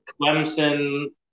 Clemson